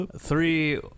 Three